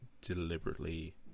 Deliberately